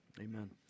amen